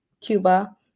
Cuba